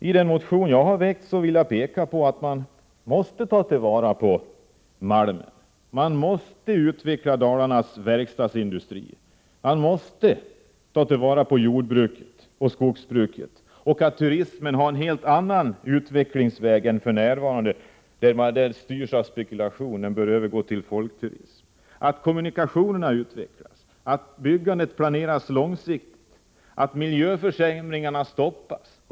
I den motion som jag har väckt vill jag peka på att man måste ta till vara malmen, att man måste utveckla Dalarnas verkstadsindustri och att man måste ta vara på jordbrukets och skogsbrukets möjligheter. Vidare måste turismen utvecklas på ett helt annat sätt än för närvarande — i stället för att styras av spekulation måste verksamheten övergå till att bli en folkturism. Det är också nödvändigt att kommunikationerna utvecklas, att byggandet planeras långsiktigt och att miljöförsämringen stoppas.